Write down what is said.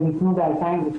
באלימות.